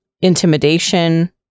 intimidation